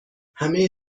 همه